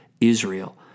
Israel